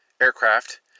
aircraft